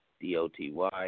D-O-T-Y